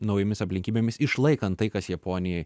naujomis aplinkybėmis išlaikant tai kas japonijai